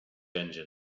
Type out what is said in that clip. engine